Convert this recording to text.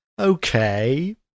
okay